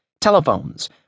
Telephones